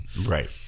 Right